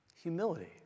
Humility